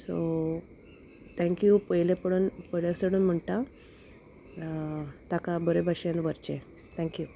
so thank you पयले पळोन पयले सोडून म्हणटा ताका बरे भाशेन व्हरचें थँक्यू